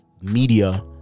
media